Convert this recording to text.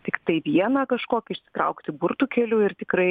tiktai vieną kažkokį išsitraukti burtų keliu ir tikrai